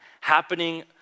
happening